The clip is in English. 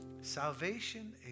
Salvation